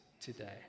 today